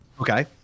Okay